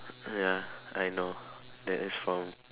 ya I know that is from